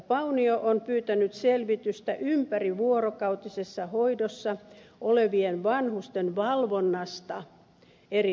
paunio on pyytänyt selvitystä ympärivuorokautisessa hoidossa olevien vanhusten valvonnasta eri lääninhallituksista